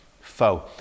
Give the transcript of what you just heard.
foe